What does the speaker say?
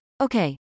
Okay